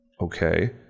okay